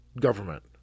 government